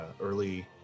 early